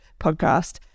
podcast